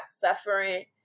suffering